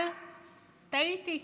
אבל טעיתי,